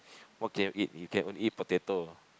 what can you eat you can only eat potato